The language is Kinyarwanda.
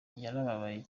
yarababaye